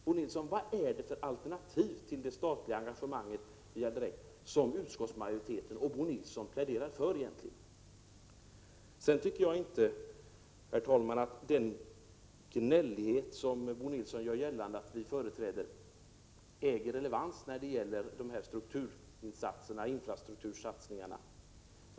Bo Nilsson, vilka alternativ till det statliga engagemanget är det som utskottsmajoriteten och Bo Nilsson egentligen pläderar för? Prot. 1987/88:45 Jag tycker, herr talman, inte att den gnällighet som Bo Nilsson gör gällande — 15 december 1987 att vi företräder äger relevans när det gäller dessa infrastruktursatsningar.